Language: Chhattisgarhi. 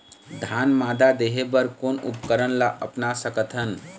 धान मादा देहे बर कोन उपकरण ला अपना सकथन?